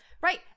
right